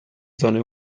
zone